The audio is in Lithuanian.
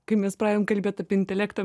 kai mes pradedam kalbėti apie intelektą